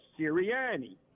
Sirianni